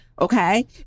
okay